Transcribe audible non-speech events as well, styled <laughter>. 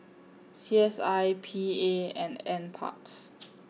C S I P A and N Parks <noise>